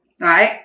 right